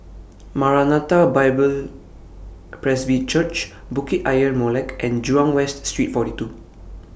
Maranatha Bible Presby Church Bukit Ayer Molek and Jurong West Street forty two